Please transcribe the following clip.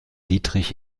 dietrich